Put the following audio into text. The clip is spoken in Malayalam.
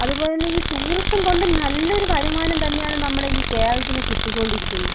അതുപോലെ തന്നെ ഈ ടൂറിസം കൊണ്ട് നല്ല ഒരു വരുമാനം തന്നെയാണ് നമ്മുടെ ഈ കേരളത്തിന് കിട്ടിക്കൊണ്ടിരിക്കുന്നത്